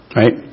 right